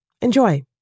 Enjoy